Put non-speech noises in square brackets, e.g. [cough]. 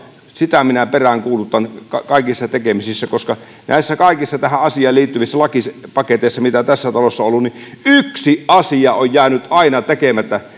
minä peräänkuulutan kaikissa tekemisissä koska näissä kaikissa tähän asiaan liittyvissä lakipaketeissa mitä tässä talossa on ollut yksi asia on jäänyt aina tekemättä [unintelligible]